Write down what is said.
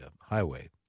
highway